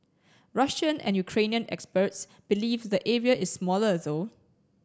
Russian and Ukrainian experts believe the area is smaller though